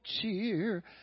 cheer